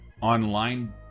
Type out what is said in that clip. online